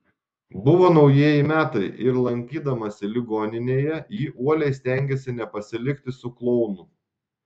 buvo naujieji metai ir lankydamasi ligoninėje ji uoliai stengėsi nepasilikti su klounu